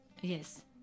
Yes